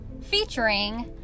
featuring